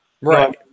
Right